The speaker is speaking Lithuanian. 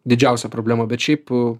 didžiausia problema bet šiaip